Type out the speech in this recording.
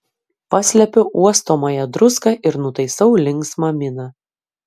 paslepiu uostomąją druską ir nutaisau linksmą miną